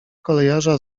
kolejarza